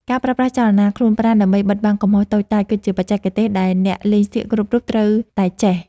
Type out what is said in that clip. ការប្រើប្រាស់ចលនាខ្លួនប្រាណដើម្បីបិទបាំងកំហុសតូចតាចគឺជាបច្ចេកទេសដែលអ្នកលេងសៀកគ្រប់រូបត្រូវតែចេះ។